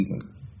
season